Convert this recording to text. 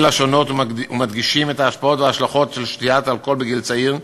השונות ומדגיש את ההשפעות וההשלכות של שתיית אלכוהול בגיל צעיר,